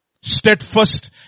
steadfast